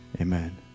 Amen